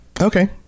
Okay